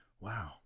Wow